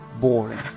boring